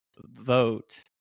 vote